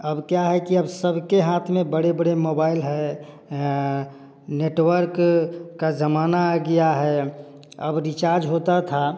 अब क्या है कि अब सब के हाथ में बड़े बड़े मोबाइल है नेटवर्क का ज़माना आ गया है अब रिचार्ज होता था